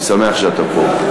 אני שמח שאתה פה.